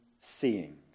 seeing